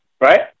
right